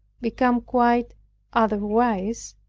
become quite otherwise,